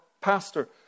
pastor